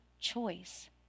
choice